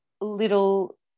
little